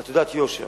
על תעודת יושר